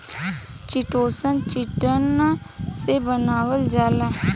chitosan, chitin से बनावल जाला